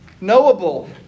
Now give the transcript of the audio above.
knowable